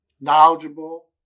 knowledgeable